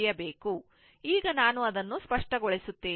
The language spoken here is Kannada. ಈಗ ನಾನು ಅದನ್ನು ಸ್ಪಷ್ಟಗೊಳಿಸುತ್ತೇನೆ